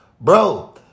bro